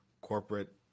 corporate